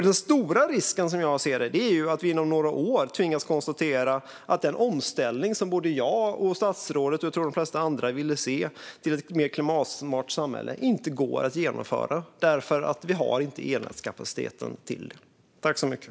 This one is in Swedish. Den stora risken, som jag ser det, är att vi inom några år tvingas konstatera att den omställning till ett mer klimatsmart samhälle som jag tror att både statsrådet och jag och de flesta andra vill se inte går att genomföra eftersom vi inte har elnätskapaciteten till det.